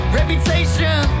reputation